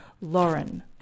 Lauren